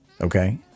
Okay